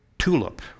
tulip